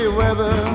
weather